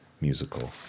musical